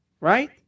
Right